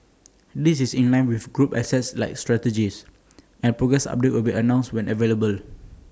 this is in line with group's asset light strategy and progress updates will be announced when available